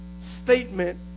statement